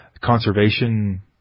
conservation